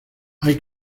hay